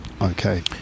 Okay